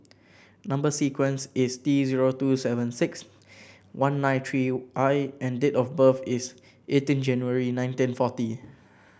number sequence is T zero two seven six one nine three I and the date of birth is eighteen January nineteen forty